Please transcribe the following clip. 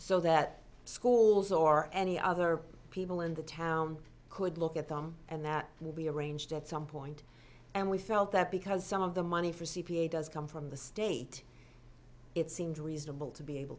so that schools or any other people in the town could look at them and that will be arranged at some point and we felt that because some of the money for c p a does come from the state it seemed reasonable to be able